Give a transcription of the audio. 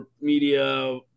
media